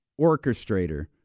orchestrator